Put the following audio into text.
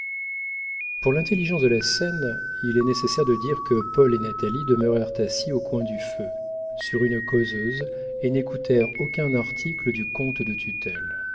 pour l'intelligence de la scène il est nécessaire de dire que paul et natalie demeurèrent assis au coin du feu sur une causeuse et n'écoutèrent aucun article du compte de tutelle